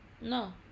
No